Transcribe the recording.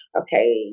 okay